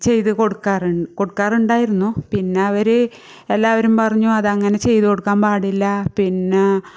ചെയ്ത കൊടുക്കാറ് കൊടുക്കാറുണ്ടായിരുന്നു പിന്നെ അവർ എല്ലാവരും പറഞ്ഞു അതങ്ങനെ ചെയ്ത് കൊടുക്കാൻ പാടില്ല പിന്നെ